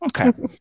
Okay